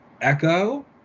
Echo